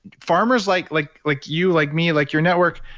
farmers like like like you, like me, like your network,